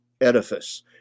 edifice